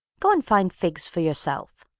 go and find figs for yourself!